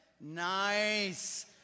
Nice